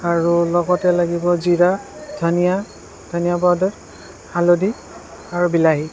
আৰু লগতে লাগিব জিৰা ধনীয়া ধনীয়া পাউদাৰ হালধি আৰু বিলাহী